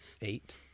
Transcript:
eight